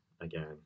Again